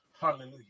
Hallelujah